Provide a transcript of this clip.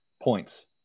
points